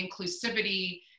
inclusivity